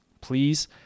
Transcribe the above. please